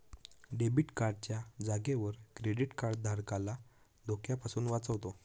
debit card च्या जागेवर credit card धारकाला धोक्यापासून वाचवतो